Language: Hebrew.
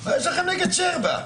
שישה.